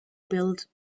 built